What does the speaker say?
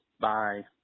Bye